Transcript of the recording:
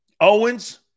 Owens